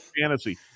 fantasy